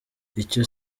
icyo